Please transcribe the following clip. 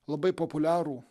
labai populiarų